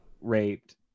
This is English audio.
raped